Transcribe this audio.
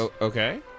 Okay